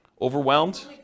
Overwhelmed